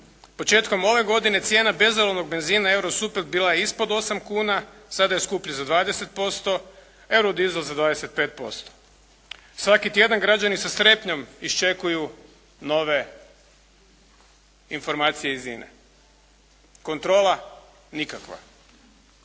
Početkom ove godine cijena bezolovnog benzina i eurosuper bila je ispod 8 kuna, sada je skuplji za 20%, eurodizel za 25%. Svaki tjedan građani sa strepnjom iščekuju nove informacije iz INA-e. Kontrola nikakva.